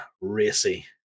racy